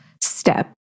step